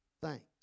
thanks